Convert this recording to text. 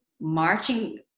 marching